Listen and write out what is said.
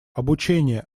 обучение